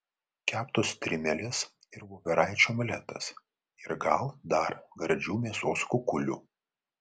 keptos strimelės ir voveraičių omletas ir gal dar gardžių mėsos kukulių